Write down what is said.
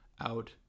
out